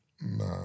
Nah